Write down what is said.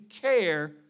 care